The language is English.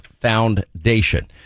Foundation